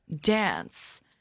dance